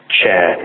chair